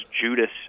Judas